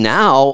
now